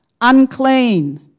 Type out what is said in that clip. Unclean